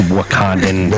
Wakandan